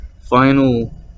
final